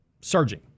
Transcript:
surging